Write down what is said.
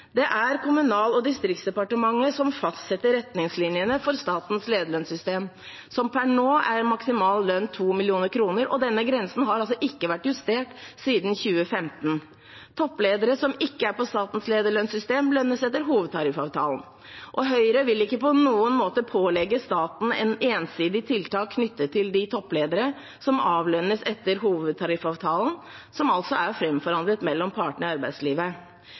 Det er Kommunal- og distriktsdepartementet som fastsetter retningslinjene for statens lederlønnssystem. Per nå er maksimal lønn 2 mill. kr, og denne grensen har ikke vært justert siden 2015. Toppledere som ikke er på statens lederlønnssystem, lønnes etter hovedtariffavtalen. Høyre vil ikke på noen måte pålegge staten et ensidig tiltak knyttet til de toppledere som avlønnes etter hovedtariffavtalen, som altså er framforhandlet mellom partene i arbeidslivet.